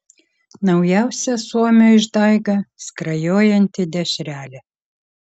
naujausia suomio išdaiga skrajojanti dešrelė